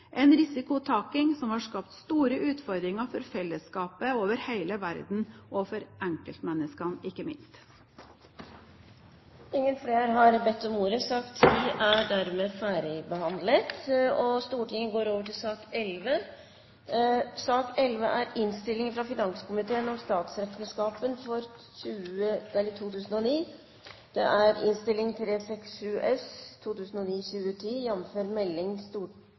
en risikotaking som har skapt store utfordringer for fellesskapet over hele verden, og ikke minst for enkeltmennesker. Flere har ikke bedt om ordet til sak nr. 10. Statsregnskapet for 2009 er